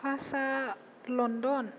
FASTA London